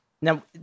Now